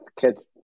kids